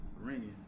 ringing